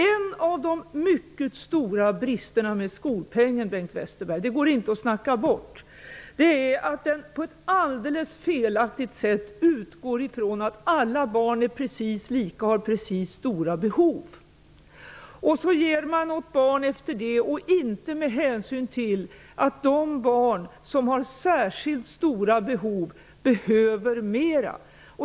En av de mycket stora bristerna med skolpengen -- det går inte att snacka bort, Bengt Westerberg -- är att den på ett helt felaktigt sätt utgår från att alla barn är precis lika och har lika stora behov. Man ger åt barnen efter det, inte med hänsyn till att de barn som har särskilt stora behov behöver mera.